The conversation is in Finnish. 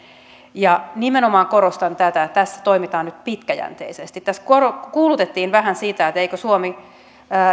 nimenomaan korostan tätä tässä toimitaan nyt pitkäjänteisesti tässä peräänkuulutettiin vähän sitä eikö suomi